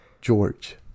George